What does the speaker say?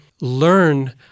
learn